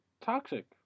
toxic